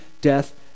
death